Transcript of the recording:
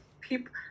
people